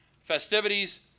festivities